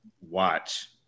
watch